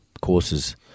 courses